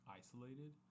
isolated